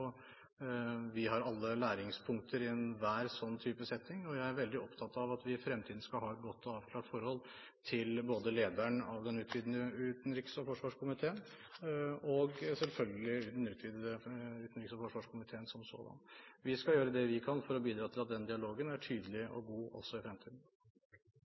Vi har alle læringspunkter i enhver sånn type setting, og jeg er veldig opptatt av at vi i fremtiden skal ha et godt og avklart forhold til både lederen av den utvidede utenriks- og forsvarskomiteen og selvfølgelig den utvidede utenriks- og forsvarskomiteen som sådan. Vi skal gjøre det vi kan for å bidra til at den dialogen er tydelig og god også i fremtiden.